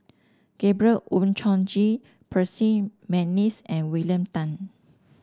Gabriel Oon Chong Jin Percy McNeice and William Tan